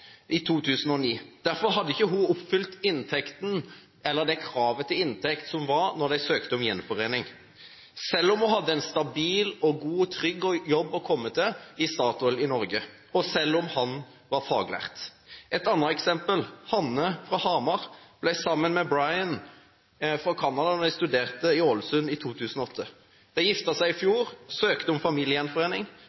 i 2009. Derfor hadde ikke hun oppfylt det kravet til inntekt som var da de søkte om gjenforening – selv om hun hadde en stabil, god og trygg jobb å komme til i Statoil i Norge, og selv om han var faglært. Et annet eksempel: Hanne fra Hamar ble sammen med Brian fra Canada da de studerte i Ålesund i 2008. De giftet seg i